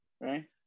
right